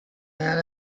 man